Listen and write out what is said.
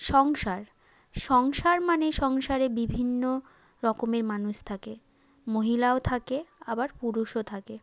সংসার সংসার মানে সংসারে বিভিন্ন রকমের মানুষ থাকে মহিলাও থাকে আবার পুরুষও থাকে